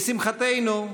לשמחתנו,